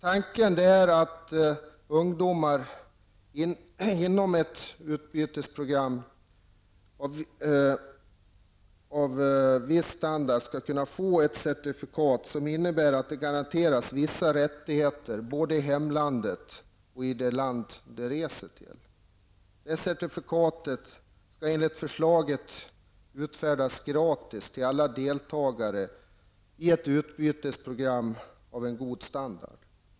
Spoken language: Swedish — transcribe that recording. Tanken är att ungdomar inom ett utbytesprogram av viss standard skall kunna få ett certifikat som innebär att de garanteras vissa rättigheter, både i hemlandet och i det land de reser till. Det certifikatet skall enligt förslaget utfärdas gratis till alla deltagare i ett utbytesprogram av en god standard.